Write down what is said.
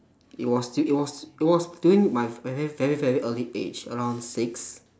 it was it was it was during my very very very early age around six